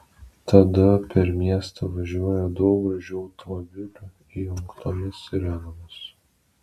tada per miestą važiuoja daug gražių automobilių įjungtomis sirenomis